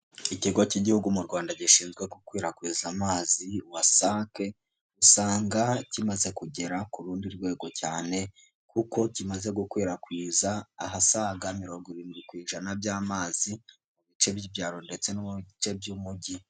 Ikigo cy'igihugu mu rwanda gishinzwe gukwirakwiza amazi wasake, usanga kimaze kugera ku rundi rwego cyane, kuko kimaze gukwirakwiza ahasaga mirongo irindwi ku ijana by'amazi mu bice by'ibyaro ndetse no mu bice by'umujyi.